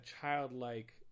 childlike